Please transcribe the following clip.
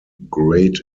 great